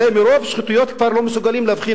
הרי מרוב שחיתויות כבר לא מסוגלים להבחין,